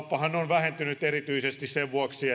vähentynyt erityisesti sen